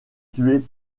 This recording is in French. tuer